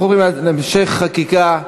אנחנו עוברים להמשך חקיקה בנושא: